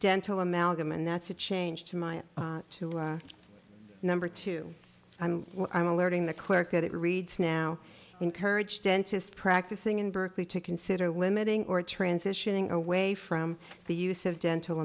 dental amalgam and that's a change to my two number two i'm alerting the clinic that it reads now encourage dentists practicing in berkeley to consider limiting or transitioning away from the use of dental